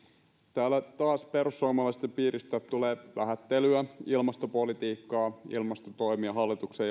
täällä perussuomalaisten piiristä tulee taas vähättelyä ilmastopolitiikkaa hallituksen